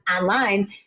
online